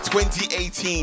2018